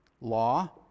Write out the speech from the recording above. Law